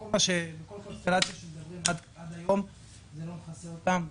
בכל קונסטלציה שדיברו עליה עד היום זה לא כיסה אותם.